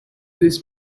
this